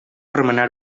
remenar